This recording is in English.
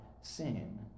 sin